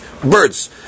birds